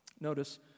Notice